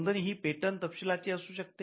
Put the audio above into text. नोंदणी ही पेटंट तपशिलाची असू शकते